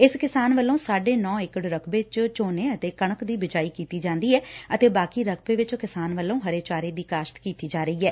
ਇਸ ਕਿਸਾਨ ਵੱਲੋਂ ਸਾਢੇ ਨੌ ਏਕੜ ਰਕਬੇ ਚ ਝੋਨੇ ਅਤੇ ਕਣਕ ਦੀ ਬਿਜਾਈ ਕੀਤੀ ਜਾਂਦੀ ਐ ਅਤੇ ਬਾਕੀ ਰਕਬੇ ਵਿਚ ਕਿਸਾਨ ਵੱਲੋਂ ਹਰੇ ਚਾਰੇ ਦੀ ਕਾਸ਼ਤ ਕੀਤੀ ਜਾ ਰਹੀ ਐ